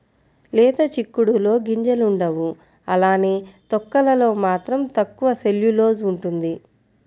లేత చిక్కుడులో గింజలుండవు అలానే తొక్కలలో మాత్రం తక్కువ సెల్యులోస్ ఉంటుంది